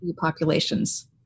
populations